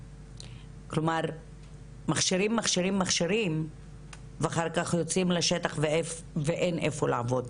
כלומר מכשירים מכשירים מכשירים ואחר כך יוצאים לשטח ואין איפה לעבוד.